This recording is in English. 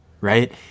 right